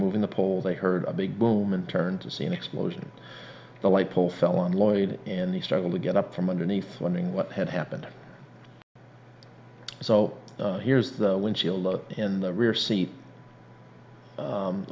moving the pole they heard a big boom and turned to see an explosion the light pole fell on lloyd and the struggle to get up from underneath wondering what had happened so here's the windchill low in the rear seat